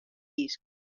disc